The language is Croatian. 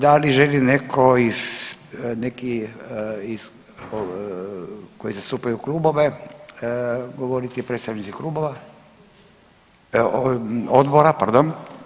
Da li želi netko iz, neki iz, koji zastupaju klubove govoriti predstavnici klubova, odbora pardon?